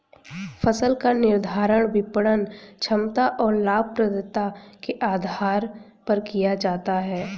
फसल का निर्धारण विपणन क्षमता और लाभप्रदता के आधार पर किया जाता है